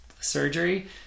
surgery